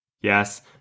Yes